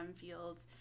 fields